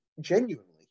genuinely